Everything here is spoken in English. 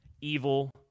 evil